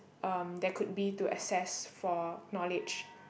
um there could be to assess for knowledge